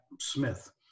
Smith